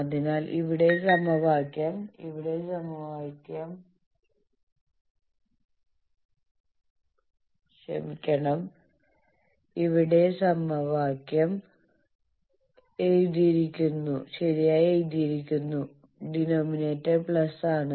അതിനാൽ ഇവിടെ സമവാക്യം ശരിയായി എഴുതിയിരിക്കുന്നു ഡിനോമിനേറ്റർ പ്ലസ് ആണ്